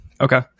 Okay